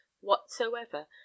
whatsoever